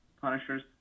Punisher's